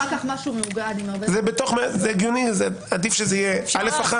עדיף שזה יהיה א(1).